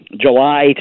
July